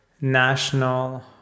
national